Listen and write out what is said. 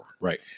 Right